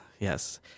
Yes